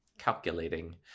calculating